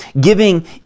giving